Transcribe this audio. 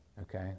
Okay